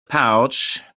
pouch